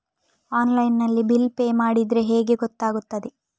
Online ನಲ್ಲಿ bill pay ಮಾಡಿದ್ರೆ ಹೇಗೆ ಗೊತ್ತಾಗುತ್ತದೆ?